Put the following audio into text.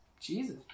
Jesus